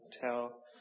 tell